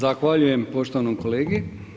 Zahvaljujem poštovanom kolegi.